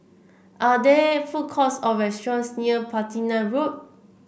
are there food courts or restaurants near Platina Road